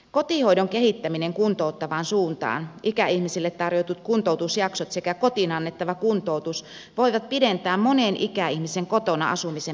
kotihoidon kehittäminen kuntouttavaan suuntaan ikäihmisille tarjotut kuntoutusjaksot sekä kotiin annettava kuntoutus voivat pidentää monen ikäihmisen kotona asumisen mahdollisuuksia